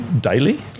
daily